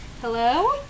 Hello